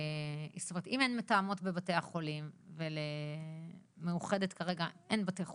זאת אומרת אם אין מתאמות בבתי החולים ולמאוחדת כרגע אין בתי חולים,